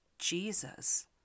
Jesus